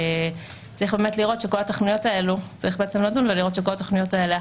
וצריך באמת לבדוק ולדון בכך שכל התוכניות האלה,